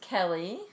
Kelly